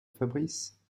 fabrice